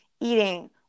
eating